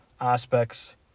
aspects